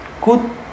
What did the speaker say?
good